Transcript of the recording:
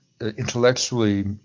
intellectually